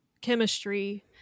chemistry